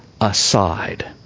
aside